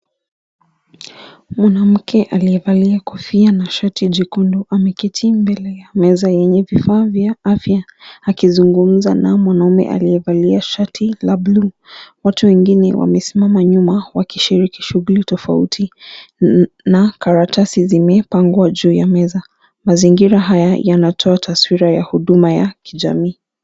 Mwanamke aliyevalia kofia na shati jekundu ameketi mbele ya meza lenye vifaa vya afya akizungumza na mwanaume aliyevalia shati la buluu. Watu wengine wamesimama nyuma wakishiriki shuguli tofauti, na karatasi zimepangwa juu ya meza. Mazingira haya yanatoa taswira ya huduma ya kijamii.